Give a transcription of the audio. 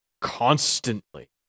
constantly